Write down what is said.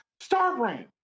Starbrand